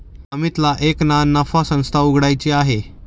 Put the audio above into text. अमितला एक ना नफा संस्था उघड्याची आहे